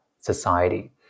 Society